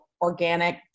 organic